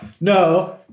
No